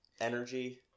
energy